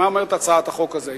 מה אומרת הצעת החוק הזאת?